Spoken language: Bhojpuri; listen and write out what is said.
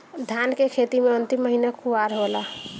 धान के खेती मे अन्तिम महीना कुवार होला?